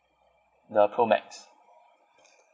the pro max